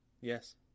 Yes